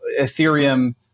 Ethereum